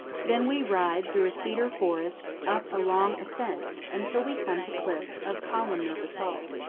then we ride through a cedar forest up a long ascent, until we come to cliffs of columnar basalt.